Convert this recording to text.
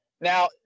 Now